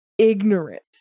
ignorant